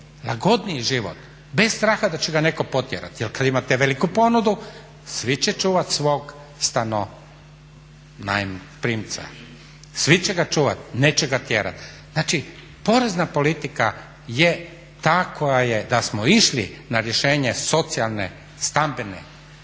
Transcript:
lagodniji život, bez straha da će ga netko potjerati. Jer kad imate veliku ponudu svi će čuvat svog stanoprimca, svi će ga čuvat, neće ga tjerat. Znači porezna politika je ta koja je da smo išli na rješenje socijalne stambene